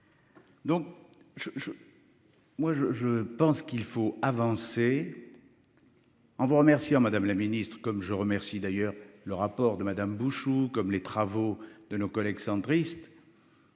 Moi je je pense qu'il faut avancer. En vous remerciant Madame la Ministre comme je remercie d'ailleurs le rapport de Madame Bouchoux comme les travaux de nos collègues centristes.